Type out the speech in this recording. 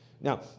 Now